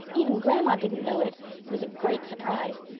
even grandma didn't know it. it was a great surprise.